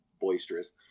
boisterous